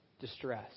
distress